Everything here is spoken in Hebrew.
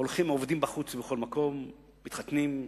הולכים ועובדים בחוץ, בכל מקום, מתחתנים,